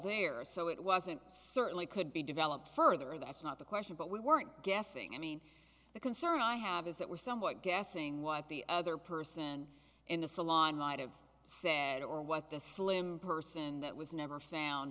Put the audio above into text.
are so it wasn't certainly could be developed further that's not the question but we weren't guessing i mean the concern i have is that we're somewhat guessing what the other person in the salon might have said or what the slim person that was never found